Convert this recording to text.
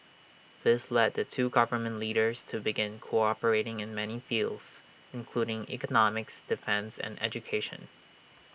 this led the two government leaders to begin cooperating in many fields including economics defence and education